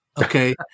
Okay